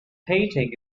painting